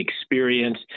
experience